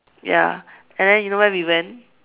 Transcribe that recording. ya and then you know where we went